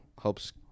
helps